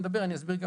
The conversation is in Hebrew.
כשאני אדבר,